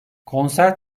konser